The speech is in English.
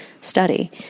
study